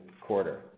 quarter